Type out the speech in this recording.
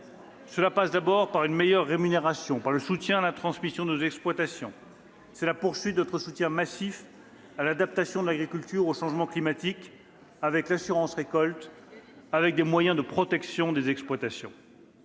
passe d'abord par une meilleure rémunération et par le soutien à la transmission de nos exploitations. « C'est la poursuite de notre soutien massif à l'adaptation de l'agriculture au changement climatique, avec l'assurance récolte comme avec des moyens de protection des exploitations.